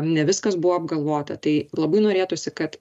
ne viskas buvo apgalvota tai labai norėtųsi kad